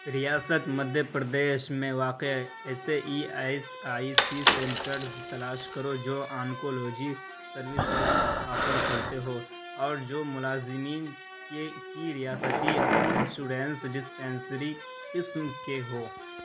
ریاست مدھیہ پردیش میں واقع ایسے E S I C centres تلاش کرو جو آنکولوجی سروسز آفر کرتے ہوں اور جو ملازمین کے کی ریاستی انشورنس ڈسپنسری قسم کے ہوں